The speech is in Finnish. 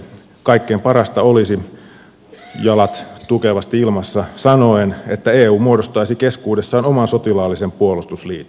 kaikkein parasta olisi jalat tukevasti ilmassa sanoen että eu muodostaisi keskuudessaan oman sotilaallisen puolustusliiton